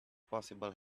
possible